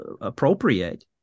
appropriate